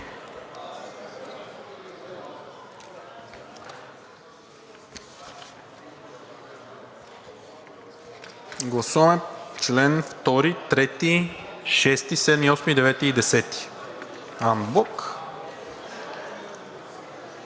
Гласуваме чл. 2, 3, 6, 7, 8, 9 и 10 анблок.